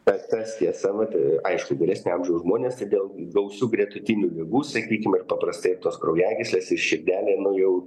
bet tas tiesa vat aišku vyresnio amžiaus žmonės ir dėl gausių gretutinių ligų sakykim ir paprastai tos kraujagyslės ir širdelė nu jau